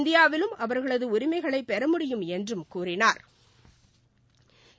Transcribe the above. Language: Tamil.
இந்தியாவிலும் அவர்களது உரிமைகளை பெற முடியும் என்றும் கூறினாா்